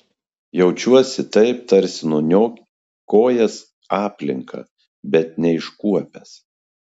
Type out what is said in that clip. jaučiuosi taip tarsi nuniokojęs aplinką bet neiškuopęs